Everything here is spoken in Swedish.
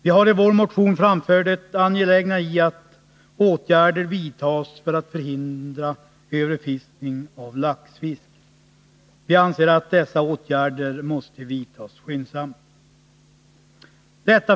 Vi har i vår motion framhållit det angelägna i att åtgärder vidtas för att förhindra överfiskning av laxfisk, och vi anser att detta måste göras skyndsamt.